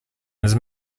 his